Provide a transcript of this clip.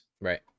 Right